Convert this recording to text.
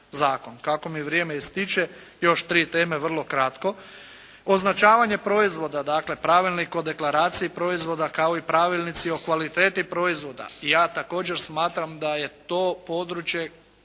Kako mi vrijeme ističe još tri teme vrlo kratko. Označavanje proizvoda dakle Pravilnik o deklaraciji proizvoda kao i pravilnici o kvaliteti proizvoda. Ja također smatram da je to područje